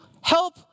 help